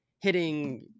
hitting